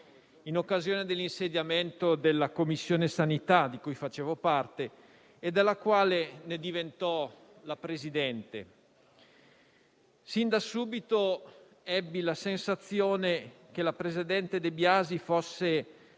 in occasione dell'insediamento della Commissione sanità di cui facevo parte e della quale diventò presidente. Sin da subito ebbi la sensazione che il presidente De Biasi fosse